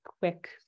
quick